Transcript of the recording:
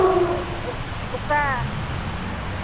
ᱚᱠᱟ